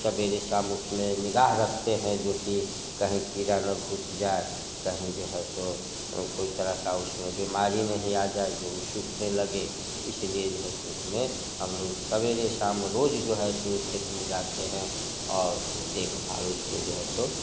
सवेरे शाम उसमें निगाह रखते हैं जो कि कहीं कीड़ा ना घुस जाए कहीं जो है सो कोई तरह का उसमें बीमारी नहीं आ जाए जो सूखने लगे इसलिए जो है सो उसमे हम लोग सवेरे शाम रोज़ जो है सो खेत में जाते हैं और देख भाल उसको जो है सो